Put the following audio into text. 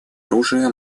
оружия